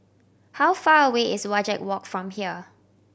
how far away is Wajek Walk from here